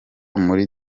muri